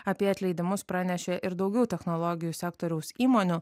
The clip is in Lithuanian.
apie atleidimus pranešė ir daugiau technologijų sektoriaus įmonių